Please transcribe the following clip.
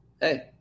Hey